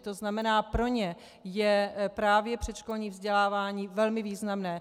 To znamená, pro ně je právě předškolní vzdělávání velmi významné.